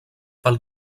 pel